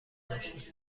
باشی